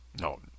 No